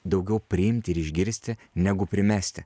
daugiau priimti ir išgirsti negu primesti